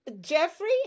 Jeffrey